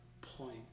point